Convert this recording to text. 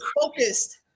focused